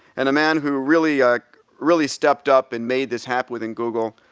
and a man who really ah really stepped up and made this happen within google,